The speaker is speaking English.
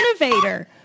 innovator